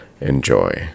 enjoy